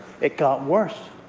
it got worse.